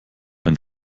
ein